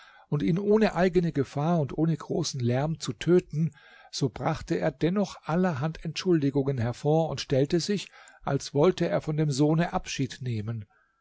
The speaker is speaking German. und ihn ohne eigene gefahr und ohne großen lärm zu töten so brachte er dennoch allerhand entschuldigungen hervor und stellte sich als wollte er von dem sohne abschied nehmen